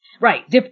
Right